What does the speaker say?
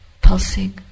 pulsing